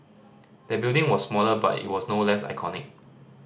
the building was smaller but it was no less iconic